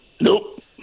Nope